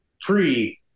pre